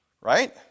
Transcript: Right